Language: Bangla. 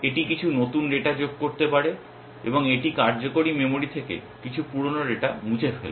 এটি কিছু নতুন ডেটা যোগ করতে পারে এবং এটি কার্যকারী মেমরি থেকে কিছু পুরানো ডেটা মুছে ফেলবে